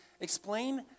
explain